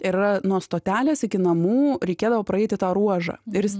ir yra nuo stotelės iki namų reikėdavo praeiti tą ruožą ir jis